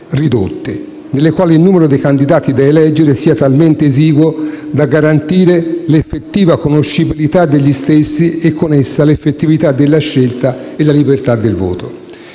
ridotte, nelle quali il numero dei candidati da eleggere sia talmente esiguo da garantire l'effettiva conoscibilità degli stessi e con essa l'effettività della scelta e la libertà del voto».